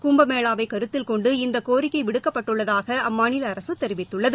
கும்பமேளா வை கருத்தில் கொண்டு இந்த கோரிக்கை விடுக்கப்பட்டுள்ளதாக அம்மாநில அரசு தெரிவித்துள்ளது